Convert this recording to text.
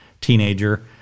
teenager